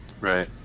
Right